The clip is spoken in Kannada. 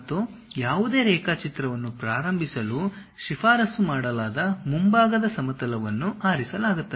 ಮತ್ತು ಯಾವುದೇ ರೇಖಾಚಿತ್ರವನ್ನು ಪ್ರಾರಂಭಿಸಲು ಶಿಫಾರಸು ಮಾಡಲಾದ ಮುಂಭಾಗದ ಸಮತಲವನ್ನು ಆರಿಸಲಾಗುತ್ತದೆ